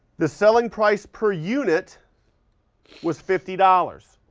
the selling price per unit was fifty dollars.